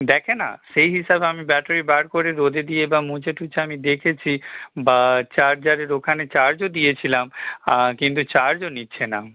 দেখে না সেই হিসাবে আমি ব্যাটারি বার করে রোদে দিয়ে বা মুছে টুছে আমি দেখেছি বা চার্জারের ওখানে চার্জও দিয়েছিলাম কিন্তু চার্জও নিচ্ছে না